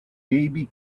baby